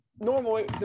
normally